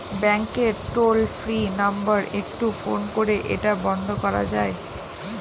ব্যাংকের toll free number একটু phone করে এটা বন্ধ করা যায়?